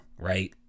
right